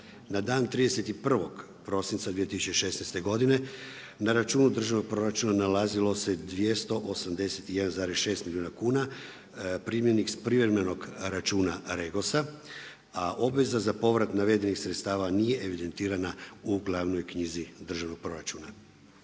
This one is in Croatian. Na dan 31. prosinca 2016. godi na računu državnog proračuna nalazilo se 281, 6 milijuna kuna, primljenih s privremenog računa Regosa, a obveza za povrat navedenih sredstava nije evidentirana u glavnoj knjizi državnog proračuna.